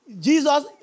Jesus